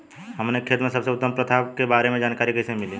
हमन के खेती में सबसे उत्तम प्रथा के बारे में जानकारी कैसे मिली?